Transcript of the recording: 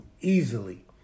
easily